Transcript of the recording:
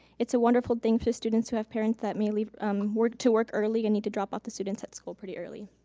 it's a wonderful thing for students who have parents that may leave um to work early and need to drop off the students at school pretty early.